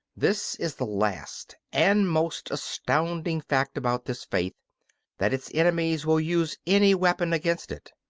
this is the last and most astounding fact about this faith that its enemies will use any weapon against it,